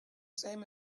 same